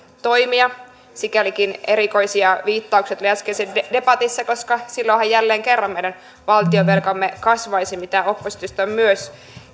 toimia sikälikin erikoisia viittauksia tuli äskeisessä debatissa koska silloinhan jälleen kerran meidän valtionvelkamme kasvaisi mitä oppositiosta on myös